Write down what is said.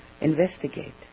investigate